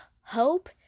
hope